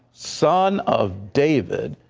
son of david,